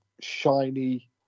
shiny